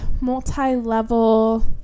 multi-level